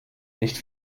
nicht